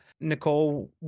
Nicole